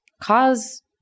cause